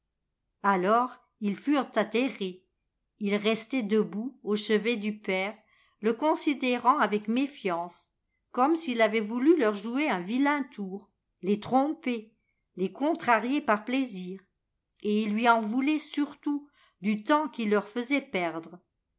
alors ils furent atterrés ils restaient debout au chevet du père le considérant avec méfiance comme s'il avait voulu leur jouer un vilain tour les tromper les contrarier par plaisir et ils lui en voulaient surtout du temps qu'il leur faisait perdre